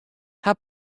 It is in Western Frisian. har